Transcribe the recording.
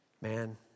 Man